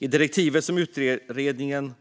I direktivet till utredningen